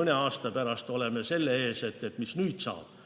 Mõne aasta pärast oleme probleemi ees, et mis nüüd saab.